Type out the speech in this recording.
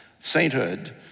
sainthood